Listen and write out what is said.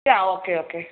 ആ okay okay